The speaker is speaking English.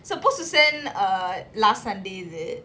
supposed to send err last sunday is it